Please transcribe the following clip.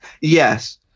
Yes